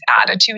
attitude